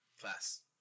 Class